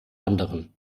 anderen